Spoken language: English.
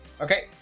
Okay